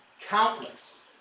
countless